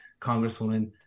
Congresswoman